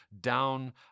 down